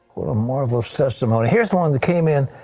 what a marvelous testimony. here is one one that came in,